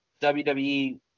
WWE